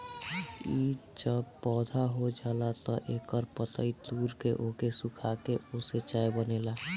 इ जब पौधा हो जाला तअ एकर पतइ तूर के ओके सुखा के ओसे चाय बनेला